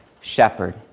shepherd